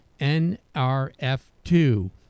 NRF2